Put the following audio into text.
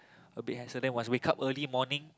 a bit hassle then must wake up early morning